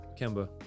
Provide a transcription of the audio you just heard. Kemba